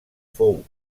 fou